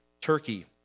Turkey